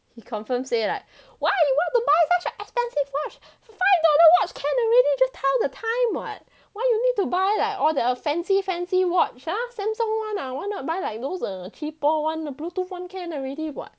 he confirm say like why you want to buy such an expensive watch five dollar watch can already just tell the time [what] why you need to buy like all the fancy fancy watch !huh! samsung one ah why not buy like those err cheaper [one] those bluetooth [one] can already [what]